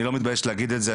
אני לא מתבייש להגיד את זה,